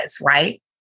Right